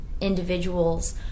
individuals